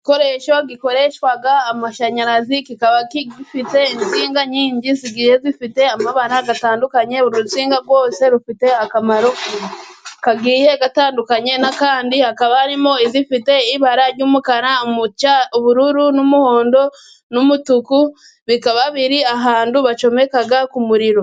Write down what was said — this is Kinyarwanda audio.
Igikoresho gikoreshwa amashanyarazi, kikaba gifite insinga zigiye zifite amabara atandukanye, uru rusinga rwose rufite akamaro kagiye gatandukanye n'akandi, hakaba harimo izifite ibara ry'umukara, ubururu n'umuhondo, n'umutuku, bikaba biri ahantu bacomeka ku muriro.